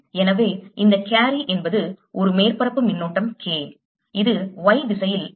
எனவே இந்த கேரி என்பது ஒரு மேற்பரப்பு மின்னோட்டம் K இது Y திசையில் K க்கு சமமாகும்